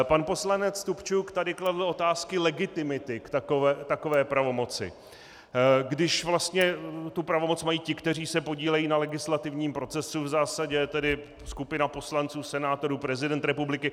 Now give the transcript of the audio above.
Pan poslanec Stupčuk tady kladl otázky legitimity takové pravomoci, když vlastně tu pravomoc mají ti, kteří se podílejí na legislativním procesu, v zásadě tedy skupina poslanců, senátorů, prezident republiky.